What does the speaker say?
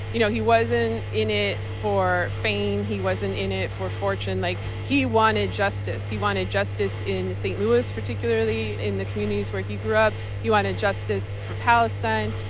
you know he wasn't in it for fame. he wasn't in it for fortune. like he wanted justice. he wanted justice in st. louis, particularly in the communities where he grew up. he wanted justice for palestine.